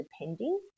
depending